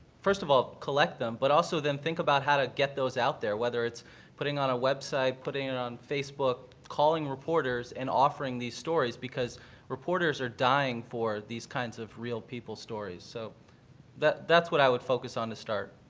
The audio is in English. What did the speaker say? first of all, collect them, but also then think about how to get those out there, whether it's putting it on a website, putting it on facebook, calling reporters and offering these stories, because reporters are dying for these kind of real people stories. so that's what i would focus on to start.